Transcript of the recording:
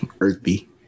earthy